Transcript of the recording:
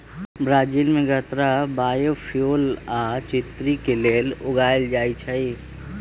Brazil में गन्ना biofuel आ चिन्नी के लेल उगाएल जाई छई